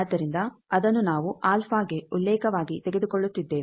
ಆದ್ದರಿಂದ ಅದನ್ನು ನಾವು ಅಲ್ಫಾ ಗೆ ಉಲ್ಲೇಖವಾಗಿ ತೆಗೆದುಕೊಳ್ಳುತ್ತಿದ್ದೇವೆ